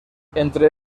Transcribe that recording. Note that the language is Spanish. entre